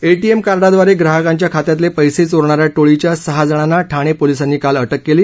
ATM कार्डांद्वारे ग्राहकांच्या खात्यातले पर्सी चोरणा या टोळीच्या सहा जणांना ठाणे पोलिसांनी काल अटक केली